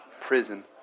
prison